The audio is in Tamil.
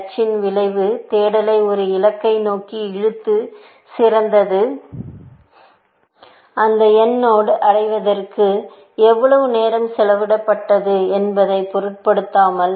H இன் விளைவு தேடலை ஒரு இலக்கை நோக்கி இழுக்க சிறந்ததுஅந்த n நோடை அடைவதற்கு எவ்வளவு நேரம் செலவிடப்பட்டது என்பதைப் பொருட்படுத்தாமல்